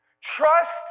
Trust